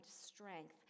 strength